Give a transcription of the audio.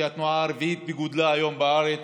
שהיא היום התנועה הרביעית בגודלה בארץ.